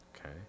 okay